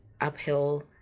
uphill